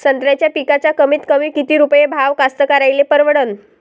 संत्र्याचा पिकाचा कमीतकमी किती रुपये भाव कास्तकाराइले परवडन?